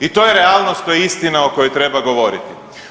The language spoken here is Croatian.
I to je realnost, to je istina o kojoj treba govoriti.